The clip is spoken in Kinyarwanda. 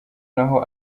naho